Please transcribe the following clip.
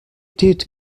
did